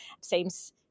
seems